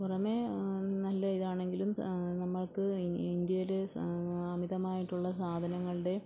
പുറമെ നല്ല ഇതാണെങ്കിലും നമ്മൾക്ക് ഇന്ത്യയിൽ അമിതമായിട്ടുള്ള സാധനങ്ങളുടെയും